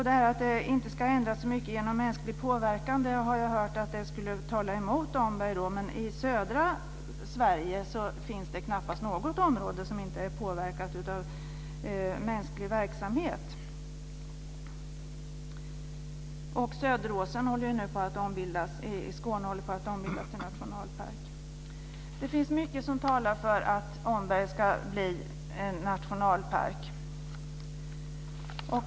Detta att det inte ska ändras så mycket genom mänsklig påverkan har jag hört skulle tala mot Omberg, men i södra Sverige finns det knappast något område som inte är påverkat av mänsklig verksamhet. Söderåsen i Skåne håller nu på att ombildas till nationalpark. Det finns mycket som talar för att Omberg ska bli nationalpark.